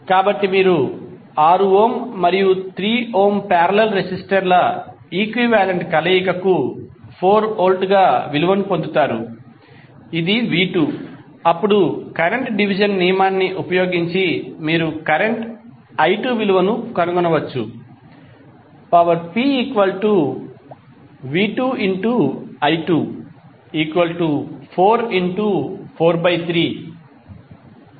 కాబట్టి మీరు 6 ఓం మరియు 3 ఓం పారేలల్ రెసిస్టర్ల ఈక్వివాలెంట్ కలయికకు 4 వోల్ట్గా విలువను పొందుతారు ఇది v2 అప్పుడు కరెంట్ డివిజన్ నియమాన్ని ఉపయోగించి మీరు కరెంట్ i2 విలువను కనుగొనవచ్చు Pv2i24435